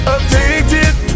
Addicted